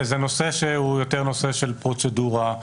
זה יותר נושא של פרוצדורה.